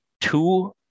two